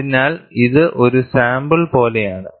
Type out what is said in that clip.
അതിനാൽ ഇത് ഒരു സാമ്പിൾ പോലെയാണ്